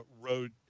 road